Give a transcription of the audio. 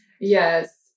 yes